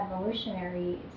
evolutionary